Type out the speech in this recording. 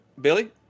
Billy